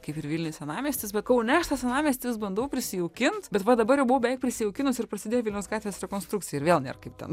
kaip ir vilniuj senamiestis be kaune senamiestį vis bandau prisijaukint bet va dabar jau buvau beveik prisijaukinus ir prasidėjo vilniaus gatvės rekonstrukcija ir vėl nėr kaip ten